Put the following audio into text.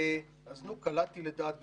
אז נו, קלעתי לדעת גדולים.